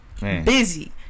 busy